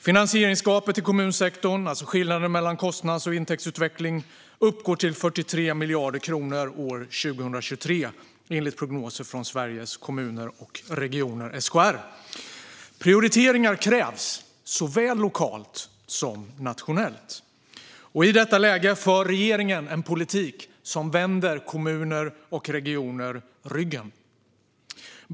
Finansieringsgapet i kommunsektorn, alltså skillnaden mellan kostnads och intäktsutveckling, kommer 2023 att uppgå till 43 miljarder kronor, enligt prognoser från Sveriges Kommuner och Regioner, SKR. Prioriteringar krävs, såväl lokalt som nationellt. I detta läge för regeringen en politik som vänder kommuner och regioner ryggen.